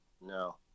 No